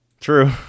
True